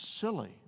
silly